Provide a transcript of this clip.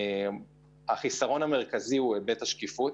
החיסרון המרכזי הוא היבט השקיפות.